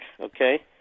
okay